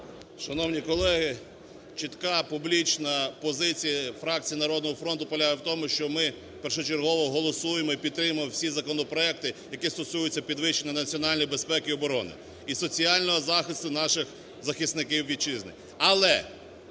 Шановні колеги, чітка публічна позиція фракції "Народного фронту" полягає у тому, що ми першочергово голосуємо і підтримуємо всі законопроекти, які стосуються підвищення національної безпеки і оборони і соціального захисту наших захисників вітчизни.